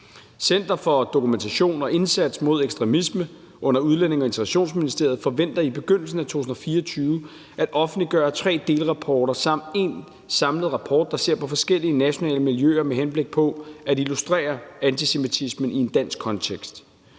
Center for Dokumentation og Indsats mod Ekstremisme under Udlændinge- og Integrationsministeriet forventer i begyndelsen af 2024 at offentliggøre tre delrapporter samt én samlet rapport, der ser på forskellige nationale miljøer med henblik på at illustrere antisemitismen i en dansk kontekst.